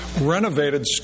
renovated